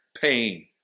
pain